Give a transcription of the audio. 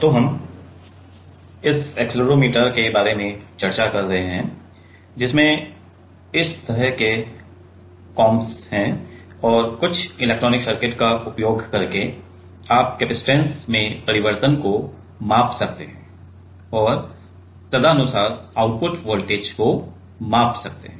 तो हम इस एक्सेलेरोमीटर के बारे में चर्चा कर रहे हैं जिसमें इस तरह के कॉम्ब्स हैं और कुछ इलेक्ट्रॉनिक सर्किट का उपयोग करके आप कैपेसिटेंस में परिवर्तन को माप सकते हैं और तदनुसार आउटपुट वोल्टेज को माप सकते हैं